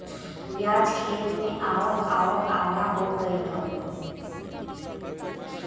पियाज खेत से आवत आवत आधा हो गयल हउवे